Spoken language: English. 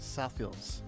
Southfields